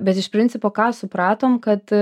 bet iš principo ką supratom kad